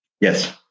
Yes